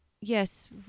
yes